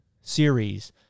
series